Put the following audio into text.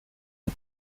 die